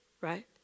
right